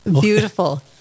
Beautiful